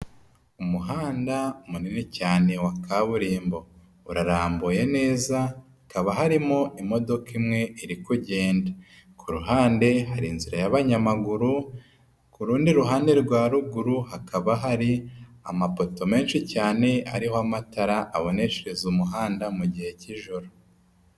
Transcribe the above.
Umuhanda munini cyane wa kaburimbo. Urarambuye neza, hakaba harimo imodoka imwe iri kugenda. Ku ruhande hari inzira y'abanyamaguru, ku rundi ruhande rwa ruguru hakaba hari amapoto menshi cyane ariho amatara aboneshereza umuhanda mu gihe k'ijoro.